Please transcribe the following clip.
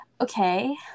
Okay